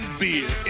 beer